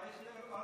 אייכלר,